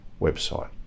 website